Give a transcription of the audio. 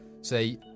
say